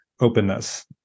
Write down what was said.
openness